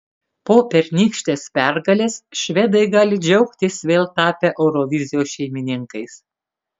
po pernykštės pergalės švedai gali džiaugtis vėl tapę eurovizijos šeimininkais